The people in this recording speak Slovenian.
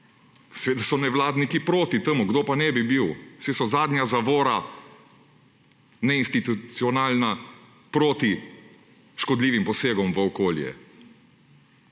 Seveda so nevladniki proti temu! Kdo pa ne bi bil, saj so zadnja zavora, neinstitucionalna, proti škodljivim posegom v okolje!